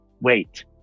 Wait